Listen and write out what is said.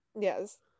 Yes